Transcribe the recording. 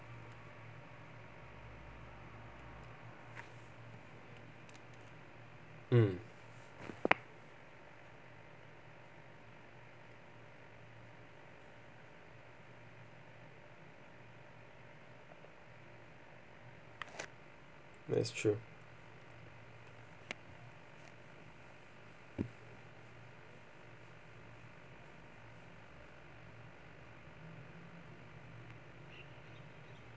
mm that's true